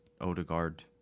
Odegaard